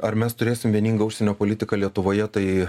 ar mes turėsim vieningą užsienio politiką lietuvoje tai